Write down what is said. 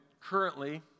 currently